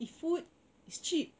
eat food is cheap